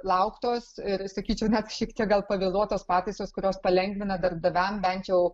lauktos ir sakyčiau net šiek tiek gal pavėluotos pataisos kurios palengvina darbdaviam bent jau